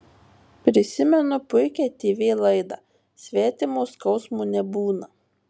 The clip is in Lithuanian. prisimenu puikią tv laidą svetimo skausmo nebūna